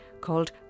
called